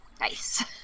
Nice